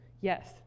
Yes